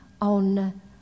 on